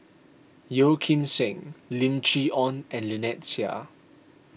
Yeo Kim Seng Lim Chee Onn and Lynnette Seah